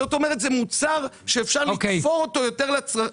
זאת אומרת, זה מוצר שאפשר לתפור אותו יותר לצרכים.